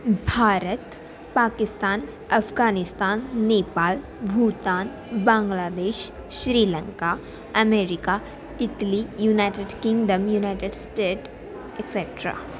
भारतम् Pakistan Afghanistan Nepal Bhutan Bangladesh Sri Lanka America Italy United Kingdom United State etcetera